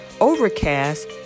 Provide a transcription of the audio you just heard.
Overcast